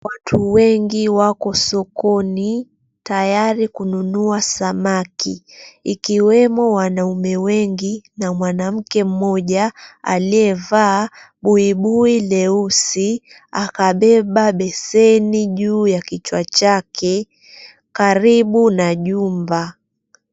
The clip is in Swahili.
Watu wengi wako sokoni tayari kununua samaki, ikiwemo wanaume wengi na mwanamke mmoja aliyevaa buibui leusi, akabeba beseni juu ya kichwa chake karibu na jumba.